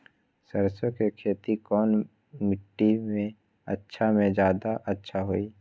सरसो के खेती कौन मिट्टी मे अच्छा मे जादा अच्छा होइ?